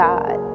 God